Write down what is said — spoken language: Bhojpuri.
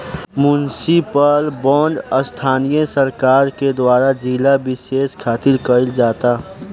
मुनिसिपल बॉन्ड स्थानीय सरकार के द्वारा जिला बिशेष खातिर कईल जाता